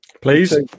Please